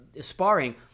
sparring